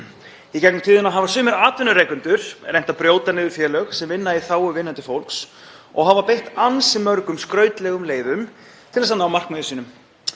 Í gegnum tíðina hafa sumir atvinnurekendur reynt að brjóta niður félög sem vinna í þágu vinnandi fólks og hafa beitt ansi mörgum skrautlegum leiðum til að ná markmiðum sínum.